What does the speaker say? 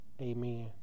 amen